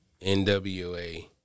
NWA